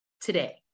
today